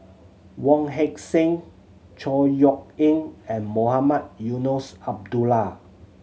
Wong Heck Sing Chor Yeok Eng and Mohamed Eunos Abdullah